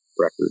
record